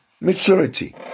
Maturity